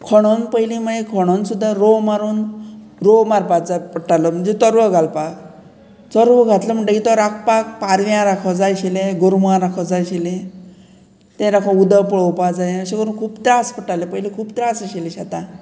खोणून पयलीं मागीर खोणोन सुद्दां रोंव मारून रोंव मारपाक जाय पडटालो म्हणजे तरवो घालपाक तरवो घातलो म्हणटकीर तो राखपाक पारव्या राखो जाय आशिल्लें गोरवां राखो जाय आशिल्लें तें राखो उदक पळोवपाक जाय अशें करून खूब त्रास पडटाले पयली खूब त्रास आशिल्ले शेतां